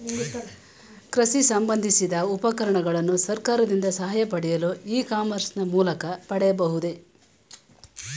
ಕೃಷಿ ಸಂಬಂದಿಸಿದ ಉಪಕರಣಗಳನ್ನು ಸರ್ಕಾರದಿಂದ ಸಹಾಯ ಪಡೆಯಲು ಇ ಕಾಮರ್ಸ್ ನ ಮೂಲಕ ಪಡೆಯಬಹುದೇ?